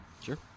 Sure